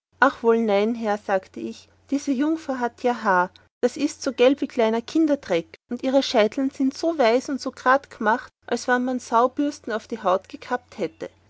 ach wohl nein herr sagte ich diese jungfer hat ja haar das ist so gelb wie kleiner kinderdreck und ihre scheiteln sind so weiß und so gerad gemacht als wann man säubürsten auf die haut gekappt hätte